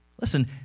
Listen